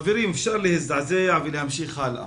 חברים, אפשר להזדעזע ולהמשיך הלאה